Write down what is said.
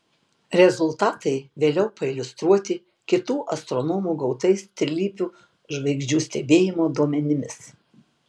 rezultatai vėliau pailiustruoti kitų astronomų gautais trilypių žvaigždžių stebėjimo duomenimis